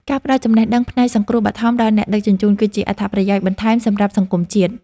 ការផ្ដល់ចំណេះដឹងផ្នែកសង្គ្រោះបឋមដល់អ្នកដឹកជញ្ជូន គឺជាអត្ថប្រយោជន៍បន្ថែមសម្រាប់សង្គមជាតិ។